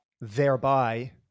Thereby